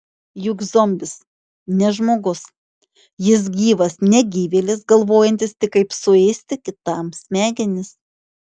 juk zombis ne žmogus jis gyvas negyvėlis galvojantis tik kaip suėsti kitam smegenis